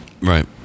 right